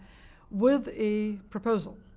with a proposal.